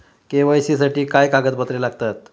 KYC साठी काय कागदपत्रे लागतात?